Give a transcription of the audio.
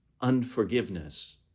unforgiveness